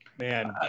Man